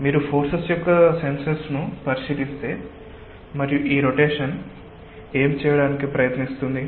మీరు ఫోర్సెస్ యొక్క సెన్సెస్ ను పరిశీలిస్తే మరియు ఈ రొటేషన్ ఏమి చేయడానికి ప్రయత్నిస్తుంది